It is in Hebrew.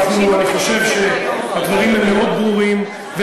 אני חושב שהדברים מאוד ברורים,